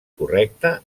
correcte